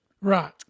Right